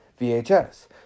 VHS